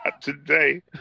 today